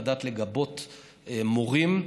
לדעת לגבות מורים.